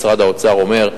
משרד האוצר אומר: